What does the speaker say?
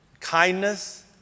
kindness